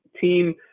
team